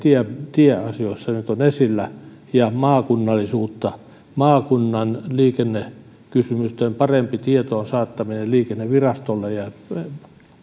tieasioissa nyt on esillä ja maakunnallisuutta maakunnan liikennekysymysten parempi tietoon saattaminen liikennevirastolle